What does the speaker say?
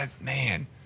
Man